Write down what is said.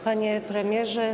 Panie Premierze!